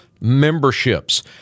memberships